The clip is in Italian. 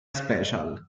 special